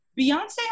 Beyonce